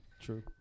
True